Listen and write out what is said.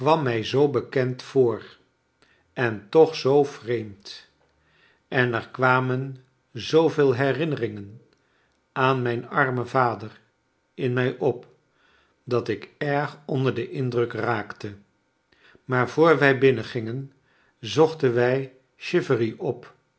mij zoo bekend voor en toch zoo vreemd en er kwamon zooveel herinneringen aan mijn armen vader in mij op dat ik erg onder den indruk raakte maar voor wij binnengingen zochten wij chivery op